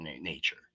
nature